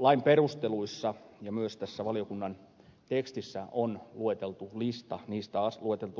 lain perusteluissa ja myös tässä valiokunnan tekstissä on